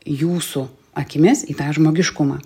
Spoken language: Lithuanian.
jūsų akimis į tą žmogiškumą